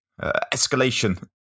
Escalation